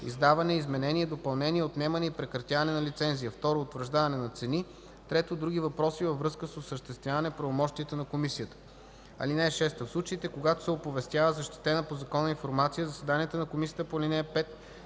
издаване, изменение, допълнение, отнемане и прекратяване на лицензия; 2. утвърждаване на цени; 3. други въпроси във връзка с осъществяване правомощията на комисията. (6) В случаите, когато се оповестява защитена по закон информация, заседанията на комисията по ал. 5